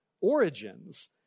origins